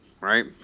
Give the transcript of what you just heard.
right